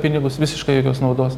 pinigus visiškai jokios naudos